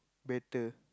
better